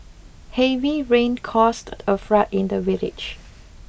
heavy rain caused a flood in the village